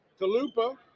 Talupa